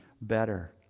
better